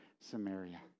Samaria